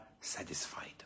satisfied